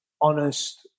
honest